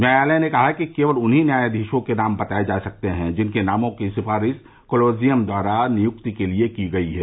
न्यायालय ने कहा कि केवल उन्हीं न्यायाधीशों के नाम बताये जा सकते हैं जिनके नामों की सिफारिश कॉलेजियम द्वारा नियुक्ति के लिए की गई है